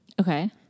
okay